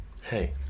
hey